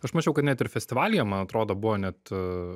aš mačiau kad net ir festivalyje man atrodo buvo net